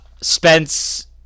Spence